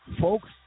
folks